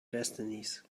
destinies